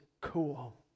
cool